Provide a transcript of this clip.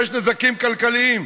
ויש נזקים כלכליים,